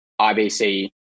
IBC